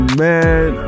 man